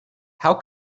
how